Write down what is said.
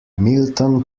milton